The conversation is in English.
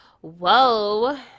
Whoa